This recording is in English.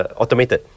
automated